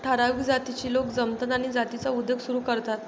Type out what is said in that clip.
ठराविक जातीचे लोक जमतात आणि जातीचा उद्योग सुरू करतात